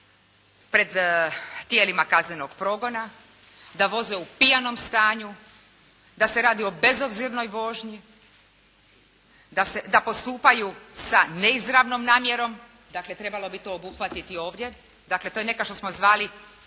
pred tijelima kaznenog progona, da voze u pijanom stanju, da se radi o bezobzirnoj vožnji, da postupaju sa neizravnom namjerom, dakle trebalo bi to obuhvatiti ovdje, dakle to je nekad što smo zvali